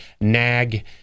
nag